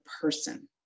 person